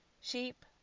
sheep